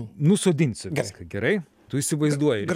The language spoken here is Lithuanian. nusodinsiu gerai tu įsivaizduoji